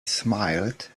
smiled